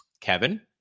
Kevin